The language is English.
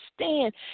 stand